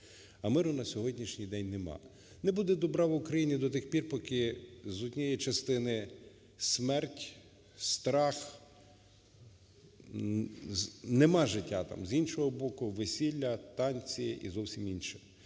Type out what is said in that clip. А миру на сьогоднішній день нема. Не буде добра в Україні до тих пір, поки з однієї частини, смерть, страх – нема життя там, з іншого боку, весілля, танці і зовсім інше.